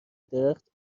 درخت